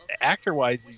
actor-wise